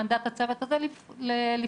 במנדט הצוות הזה לפתור,